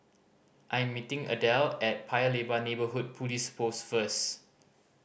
I am meeting Adele at Paya Lebar Neighbourhood Police Post first